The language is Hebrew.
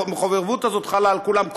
והמחויבות הזאת חלה על כולם,